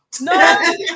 no